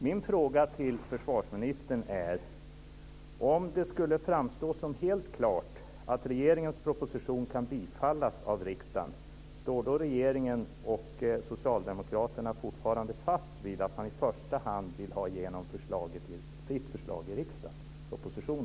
Min fråga till försvarsministern är: Om det skulle framstå som helt klart att regeringens proposition kan bifallas av riksdagen, står regeringen och socialdemokraterna då fast vid att man i första hand vill ha igenom sitt förslag, propositionen, i riksdagen?